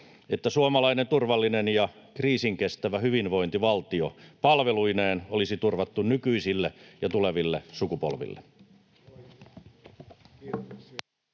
että suomalainen turvallinen ja kriisinkestävä hyvinvointivaltio palveluineen olisi turvattu nykyisille ja tuleville sukupolville.